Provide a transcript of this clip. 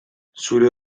zure